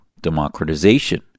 democratization